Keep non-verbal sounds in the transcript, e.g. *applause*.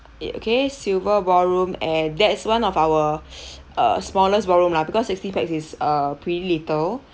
it okay silver ballroom and that's one of our *breath* uh smallest ballroom lah because sixty pax is uh pretty little